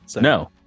No